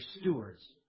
stewards